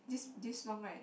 this this long right